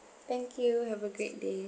thank you have a great day